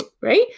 right